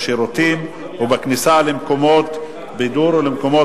בשירותים ובכניסה למקומות בידור ולמקומות